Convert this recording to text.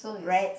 rat